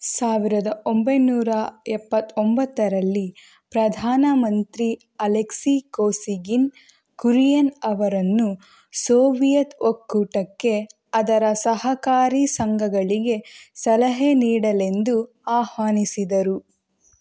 ಸಾವಿರದ ಒಂಬೈನೂರ ಎಪ್ಪತ್ತೊಂಬತ್ತರಲ್ಲಿ ಪ್ರಧಾನಮಂತ್ರಿ ಅಲೆಕ್ಸಿ ಕೊಸಿಗಿನ್ ಕುರಿಯನ್ ಅವರನ್ನು ಸೋವಿಯತ್ ಒಕ್ಕೂಟಕ್ಕೆ ಅದರ ಸಹಕಾರಿ ಸಂಘಗಳಿಗೆ ಸಲಹೆ ನೀಡಲೆಂದು ಆಹ್ವಾನಿಸಿದರು